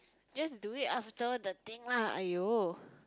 just do it after the thing lah !aiyo!